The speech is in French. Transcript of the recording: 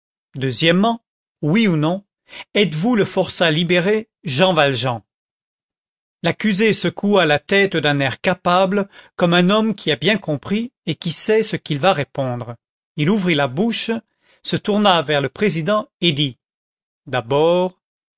deuxièmement oui ou non êtes-vous le forçat libéré jean valjean l'accusé secoua la tête d'un air capable comme un homme qui a bien compris et qui sait ce qu'il va répondre il ouvrit la bouche se tourna vers le président et dit